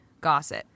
gossip